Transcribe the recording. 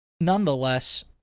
nonetheless